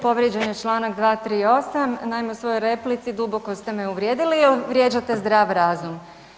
Povrijeđen je čl. 238., naime u svojoj replici duboko ste me uvrijedili jer vrijeđate zdrav razum.